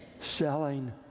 selling